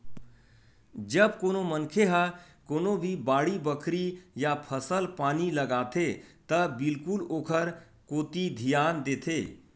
जब कोनो मनखे ह कोनो भी बाड़ी बखरी या फसल पानी लगाथे त बिल्कुल ओखर कोती धियान देथे